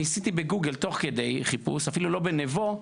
עשיתי בגוגל חיפוש תוך כדי, אפילו לא בנבו,